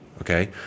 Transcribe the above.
okay